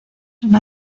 una